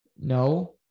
no